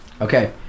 okay